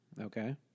Okay